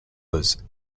was